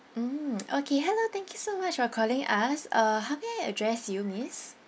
mm okay hello thank you so much for calling us uh how may I address you miss